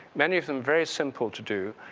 many of them very simple to do,